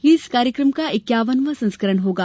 यह इस कार्यक्रम का इक्यावन वां संस्करण होगा